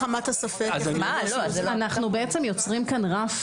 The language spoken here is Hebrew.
אנחנו בעצם יוצרים כאן רף ראיות חדש.